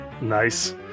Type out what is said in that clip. Nice